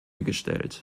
gestellt